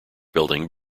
building